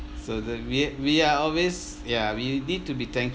so the we~ we are always ya we need to be thankful